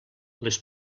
les